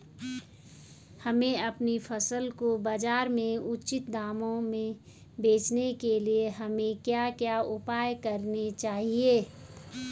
हमें अपनी फसल को बाज़ार में उचित दामों में बेचने के लिए हमें क्या क्या उपाय करने चाहिए?